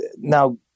now